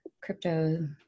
crypto